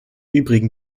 übrigen